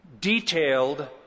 detailed